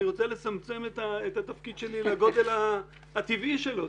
אני רוצה לצמצם את התפקיד שלי לגודל הטבעי שלו.